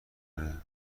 داره